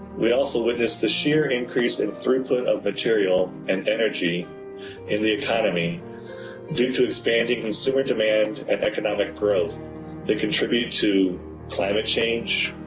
we also witness the sheer increase in throughput of material and energy in the economy due to expanding consumer demand and economic growth that contribute to climate change,